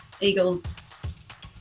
eagles